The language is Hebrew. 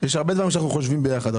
יש הרבה דברים שאנחנו חושבים ביחד.